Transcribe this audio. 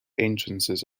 entrances